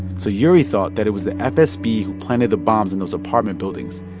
so yuri thought that it was the fsb who planted the bombs in those apartment buildings,